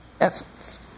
essence